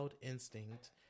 instinct